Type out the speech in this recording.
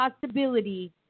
possibility